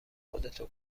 خودتو